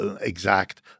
exact